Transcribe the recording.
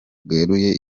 bweruye